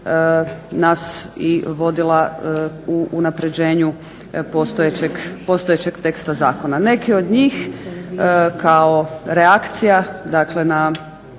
nas i vodila u unapređenju postojećeg teksta zakona. Neke od njih kao reakcija, dakle na